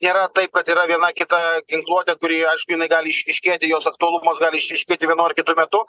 nėra taip kad yra viena kita ginkluotė kuri aišku jinai gali išryškėti jos aktualumas gali išryškėti vienu ar kitu metu